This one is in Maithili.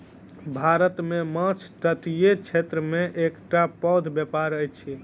भारत मे माँछ तटीय क्षेत्र के एकटा पैघ व्यापार अछि